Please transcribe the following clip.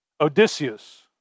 Odysseus